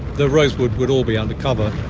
the rosewood would all be under cover.